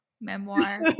memoir